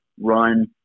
run